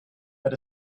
but